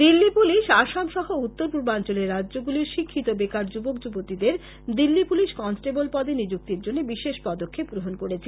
Delhi police Assam সহ উত্তর পূর্বাঞ্চলের রাজ্যগুলির শিক্ষিত বেকার যুবক যুবতীদের দিল্লী পুলিশ কনষ্টেবল পদে নিযুক্তির জন্য বিশেষ পদক্ষেপ গ্রহণ করেছে